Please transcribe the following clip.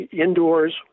indoors